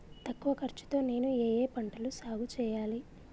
తక్కువ ఖర్చు తో నేను ఏ ఏ పంటలు సాగుచేయాలి?